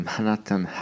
Manhattan